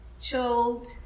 chilled